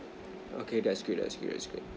okay that's great that's great that's great